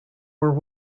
were